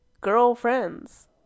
girlfriends